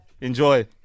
enjoy